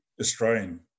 Australian